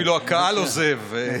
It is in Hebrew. אפילו הקהל עוזב.